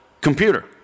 computer